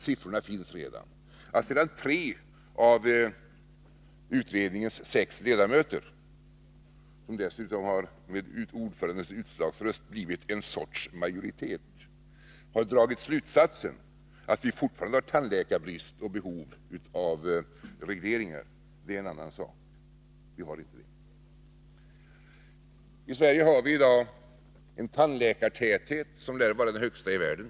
Siffrorna finns redan. Att sedan tre av Tisdagen den utredningens sex ledamöter, som dessutom med ordförandens utslagsröst 14 december 1982 har blivit en sorts majoritet, har dragit slutsatsen att vi fortfarande har tandläkarbrist och behov av regleringar, är en annan sak. Något sådant Förlängd reglering behov finns dock inte. av anslutning av Sverige har i dag en tandläkartäthet som lär vara den högsta i världen.